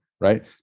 right